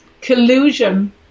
collusion